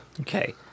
Okay